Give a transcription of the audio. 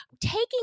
taking